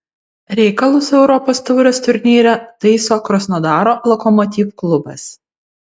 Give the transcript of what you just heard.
reikalus europos taurės turnyre taiso krasnodaro lokomotiv klubas